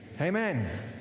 Amen